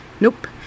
nope